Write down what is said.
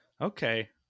Okay